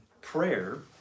prayer